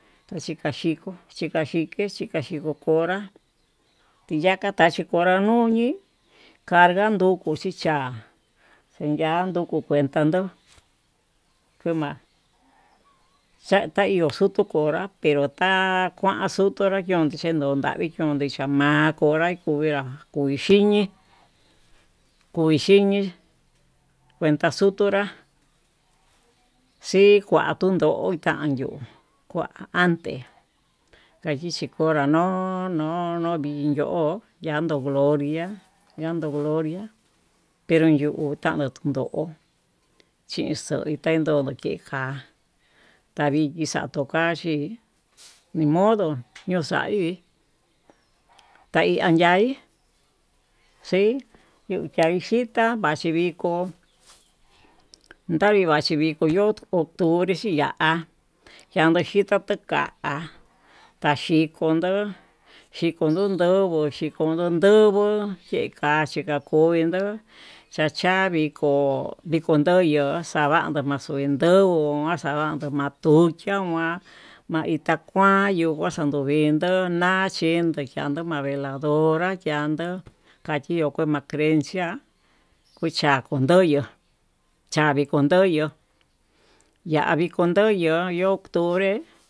Taxhika xhiko xhikaxhiké xhiakxhiko konrá tayaka tachi konra nuñi, carga nduku chichá xeyandu nduku kuantadó kuma'a xhata iho kutu konrá pero ta kuan xutunra kion tendon ndavii kiun, ndechama'a konra konrá koixhiñi koixhiñi kuenta xutunrá xii kuan tundo xa'a yuu, kuante tandixhi konra no'o novindyo'o yando gloria yando gloria yenron yuu kuan ndo'o, xhixo itandogo kiká taviki xa'a tokaxhí nimodo uxaí kutaí xii yuyanxhitá vxhi viko xhi ndavi vaxhi viko yo'ó octubre, ya'á yandoxhiko tuu ka'a taxhikondo xhikon ndo'o ndoguo xhokondo ndoguó yekaxhi kankovendó, chachavi ko'ó kondo yo'o xavando maxukugo ho axadanto matuchia ma'a ma'a itá kuan maxanyo vindó nachin ya'a mando ma'a veladora yando kakio makui na'a creencia kucha kondoyo chavi kondoyo yavii kondoyo yo'ó octubre.